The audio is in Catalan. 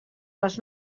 les